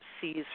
sees